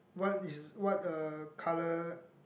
what is what uh colour